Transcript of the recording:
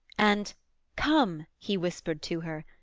and come he whispered to her,